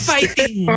Fighting